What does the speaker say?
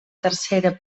tercera